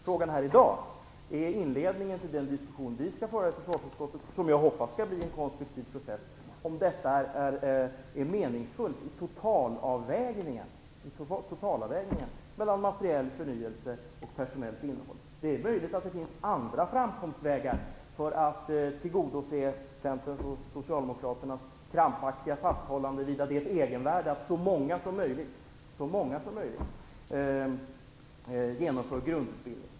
Frågan här i dag är inledningen till den diskussion vi skall föra i försvarsutskottet och som jag hoppas skall bli en konstruktiv process, om detta är meningsfullt i totalavvägningen mellan materiell förnyelse och personellt innehåll. Det är möjligt att det finns andra framkomstvägar för att tillgodose Centerns och Socialdemokraternas krampaktiga fasthållande vid att det är ett egenvärde att så många som möjligt genomgår grundutbildning.